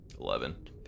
Eleven